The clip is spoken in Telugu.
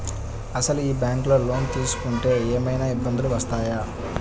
అసలు ఈ బ్యాంక్లో లోన్ తీసుకుంటే ఏమయినా ఇబ్బందులు వస్తాయా?